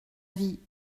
vie